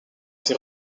été